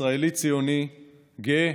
ישראלי-ציוני גאה,